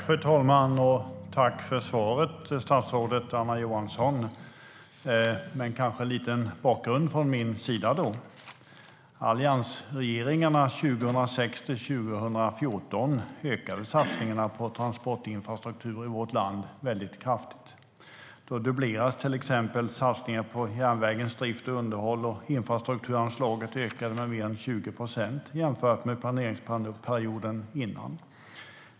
Fru talman! Jag tackar statsrådet Anna Johansson för svaret. Jag vill från min sida kanske ge en liten bakgrund. Alliansregeringarna 2006-2014 ökade satsningarna på transportinfrastruktur i vårt land mycket kraftigt. Man dubblerade till exempel satsningen på järnvägens drift och underhåll, och man ökade infrastrukturanslaget med mer än 20 procent jämfört med planeringsperioden innan.